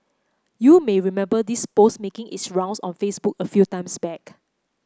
you may remember this post making its rounds on Facebook a few months back